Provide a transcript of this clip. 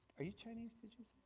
are you chinese?